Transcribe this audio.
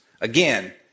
Again